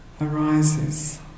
arises